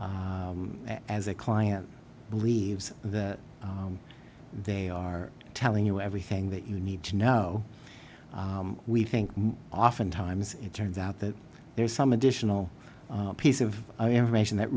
as a client believes that they are telling you everything that you need to know we think oftentimes it turns out that there is some additional piece of information that